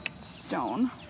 stone